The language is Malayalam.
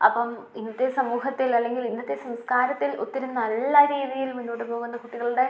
അപ്പം ഇന്നത്തെ സമൂഹത്തിൽ അല്ലെങ്കിൽ ഇന്നത്തെ സംസ്കാരത്തിൽ ഒത്തിരി നല്ല രീതിയിൽ മുന്നോട്ട് പോകുന്ന കുട്ടികളുടെ